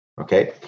Okay